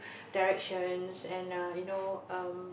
directions and err you know um